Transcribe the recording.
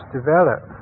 develop